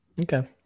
Okay